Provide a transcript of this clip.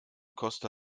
costa